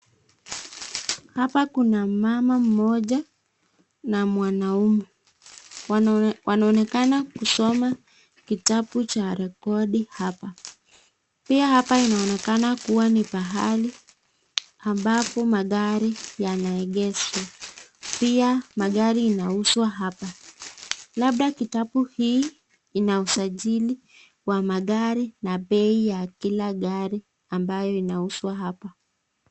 Hapa kuna mama mmoja na mwanaume. Wanaonekana kusoma kitabu cha rekodi hapa. Pia hapa huonekana ni pahali ambapo magari yanaegeshwa. Pia magari inauzwa hapa. Labda kitabu hii ina usajili wa magari na bei ya kila gari ambayo inauzwa hapa.